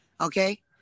okay